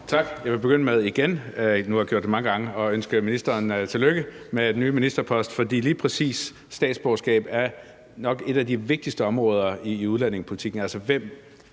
Tak. Jeg vil begynde med igen – nu har jeg gjort det mange gange – at ønske ministeren tillykke med den nye ministerpost, for lige præcis statsborgerskab er nok et af de vigtigste områder i udlændingepolitikken,